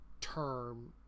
Term